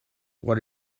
what